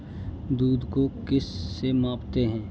दूध को किस से मापते हैं?